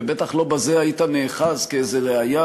ובטח לא בזה היית נאחז כאיזו ראיה,